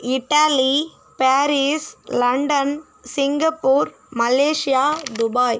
Italy Paris London Singapore Malaysia Dubai